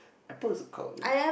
apple is a cult